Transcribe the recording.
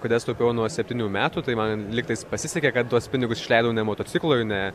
kurias taupiau nuo septynių metų tai man liktais pasisekė kad tuos pinigus išleidau ne motociklui ne